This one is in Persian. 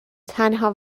تنها